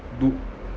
do